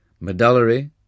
medullary